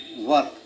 work